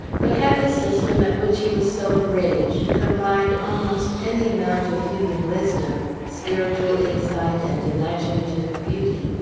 but had the system at which he was so enraged combined almost any amount of human wisdom, spiritual insight, and imaginative beauty,